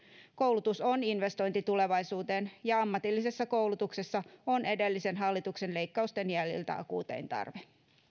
koulutus on investointi tulevaisuuteen ja ammatillisessa koulutuksessa on edellisen hallituksen leikkausten jäljiltä akuutein tarve